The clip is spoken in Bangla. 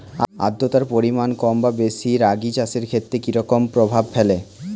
আদ্রতার পরিমাণ কম বা বেশি রাগী চাষের ক্ষেত্রে কি রকম প্রভাব ফেলে?